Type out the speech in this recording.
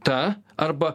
ta arba